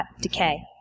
decay